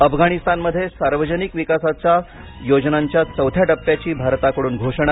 अफगाणिस्तानमध्ये सार्वजनिक विकासाचा योजनांच्या चौथ्या टप्प्याची भारताकडून घोषणा